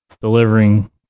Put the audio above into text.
delivering